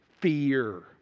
fear